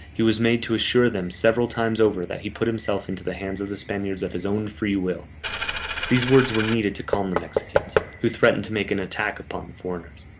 he was made to assure them several times over that he put himself into the hands of the spaniards of his own free will these words were needed to calm the mexicans, who threatened to make an attack upon the foreigners.